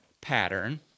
pattern